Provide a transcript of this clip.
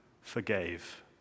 forgave